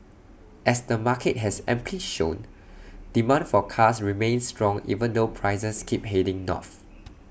as the market has amply shown demand for cars remains strong even though prices keep heading north